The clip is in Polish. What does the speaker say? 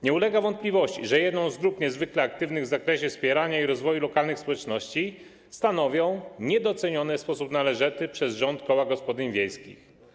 Nie ulega wątpliwości, że jedną z niezwykle aktywnych grup w zakresie wspierania i rozwoju lokalnych społeczności stanowią niedocenione w sposób należyty przez rząd koła gospodyń wiejskich.